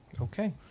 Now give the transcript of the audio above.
Okay